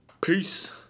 Peace